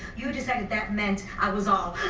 you decided that meant i was all